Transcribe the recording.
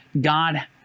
God